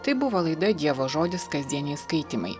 tai buvo laida dievo žodis kasdieniai skaitymai